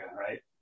right